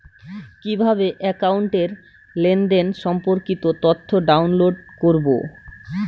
কিভাবে একাউন্টের লেনদেন সম্পর্কিত তথ্য ডাউনলোড করবো?